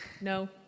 No